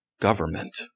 government